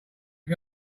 was